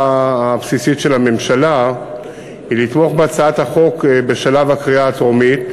הבסיסית של הממשלה היא לתמוך בהצעת החוק בשלב הקריאה הטרומית,